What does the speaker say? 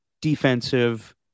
defensive